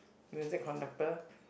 music conductor